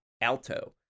Alto